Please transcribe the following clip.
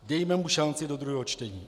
Dejme mu šanci do druhého čtení!